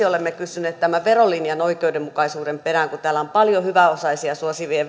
olemme kysyneet tämän verolinjan oikeudenmukaisuuden perään kun täällä on paljon hyväosaisia suosivia